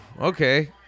okay